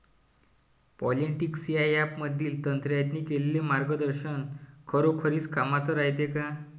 Plantix या ॲपमधील तज्ज्ञांनी केलेली मार्गदर्शन खरोखरीच कामाचं रायते का?